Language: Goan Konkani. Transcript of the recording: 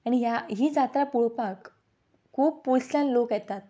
आनी ह्या ही जात्रा पळोपाक खूब पयसल्ल्यान लोक येतात